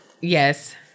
Yes